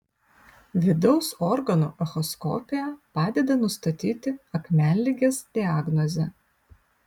vidaus organų echoskopija padeda nustatyti akmenligės diagnozę